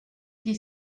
qui